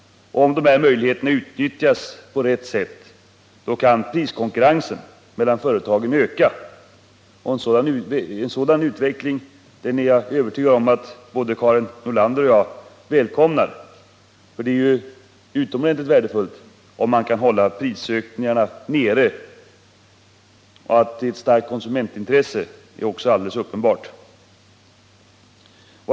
Om dessa möjligheter utnyttjas på rätt sätt, kan priskonkurrensen mellan företagen öka. Jag är övertygad om att både Karin Nordlander och jag välkomnar en sådan utveckling. Det är ju utomordentligt värdefullt om vi kan hålla prisökningarna nere. Att det är ett starkt konsumentintresse är också alldeles uppenbart.